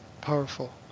powerful